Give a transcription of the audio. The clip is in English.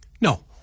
No